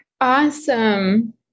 Awesome